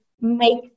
make